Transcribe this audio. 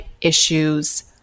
issues